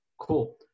cool